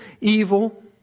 evil